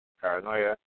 paranoia